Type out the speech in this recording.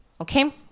Okay